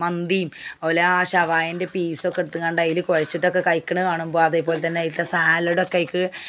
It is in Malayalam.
മന്തിയും അതു പോലെ ആ ഷാവായിൻ്റെ പീസൊക്കെ എടുത്തു കൊണ്ട് അതിൽ കുഴച്ചിട്ടൊക്കെ കഴിക്കണ കാണുമ്പോൾ അതേപോലെ തന്നെ അതിൽത്തെ സലാഡൊക്കെ ആയിക്ക്